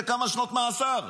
זה כמה שנות מאסר.